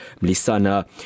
Mlisana